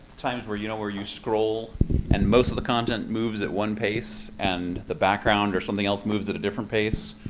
times where you know. where you scroll and most of the content moves at one pace and the background or something else moves at a different pace,